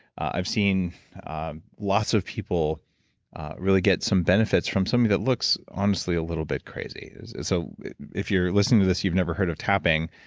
i've seen lots of people really get some benefits from something that looks, honestly, a little bit crazy. so if you're listening to this, and you've never heard of tapping,